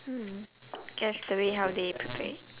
hmm guess the way how they prepare it